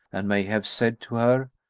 and may have said to her,